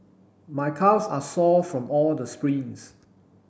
my calves are sore from all the sprints